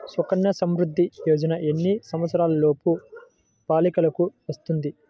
సుకన్య సంవృధ్ది యోజన ఎన్ని సంవత్సరంలోపు బాలికలకు వస్తుంది?